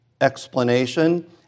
explanation